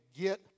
get